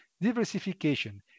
diversification